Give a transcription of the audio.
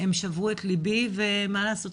הם שברו את ליבי ומה לעשות?